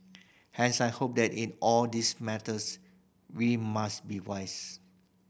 hence I hope that in all these matters we must be wise